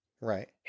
Right